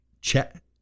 check